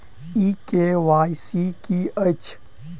ई KYC की अछि?